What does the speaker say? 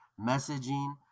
messaging